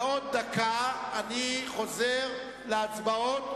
עוד דקה אני חוזר להצבעות,